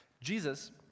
Jesus